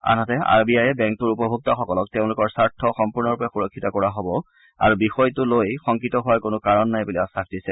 আনহাতে R B আয়ে বেংকটোৰ উপভোক্তাসকলক তেওঁলোকৰ স্বাৰ্থ সম্পূৰ্ণৰূপে সুৰক্ষিত কৰা হ'ব আৰু বিষয়টোলৈ শংকিত হোৱাৰ কোনো কাৰণ নাই বুলি আখাস দিছে